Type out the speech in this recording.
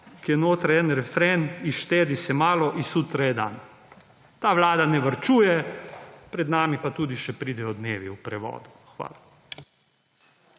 ki je noter en refren »/ nerazumljivo/ se malo i sutra je dan.« Ta Vlada ne varčuje, pred nami pa tudi še pridejo dnevi, v prevodu. Hvala.